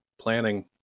planning